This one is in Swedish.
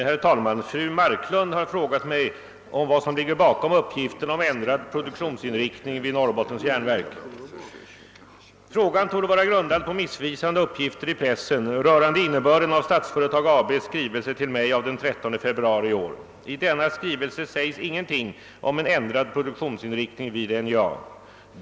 Herr talman! Fru Marklund har frågat mig om vad som ligger bakom uppgifterna om ändrad produktionsinriktning vid Norrbottens Järnverk. Frågan torde vara grundad på missvisande uppgifter i pressen rörande innebörden av Statsföretag AB:s skrivelse till mig av den 13 februari i år. I denna skrivelse sägs ingenting om en ändrad produktionsinriktning vid NJA.